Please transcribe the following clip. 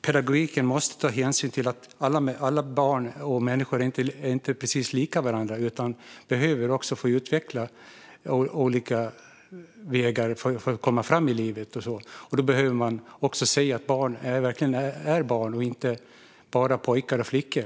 Pedagogiken måste ta hänsyn till att alla barn och människor inte är precis lika utan behöver få utvecklas längs olika vägar för att komma framåt i livet. Då behöver man se att barn verkligen är barn och inte bara pojkar och flickor.